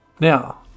Now